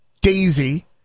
Daisy